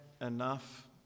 enough